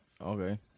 Okay